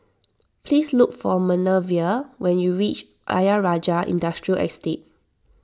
please look for Manervia when you reach Ayer Rajah Industrial Estate